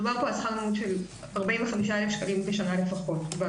מדובר פה בשכר לימוד של לפחות 45,000 שקל בשנה ברייכמן.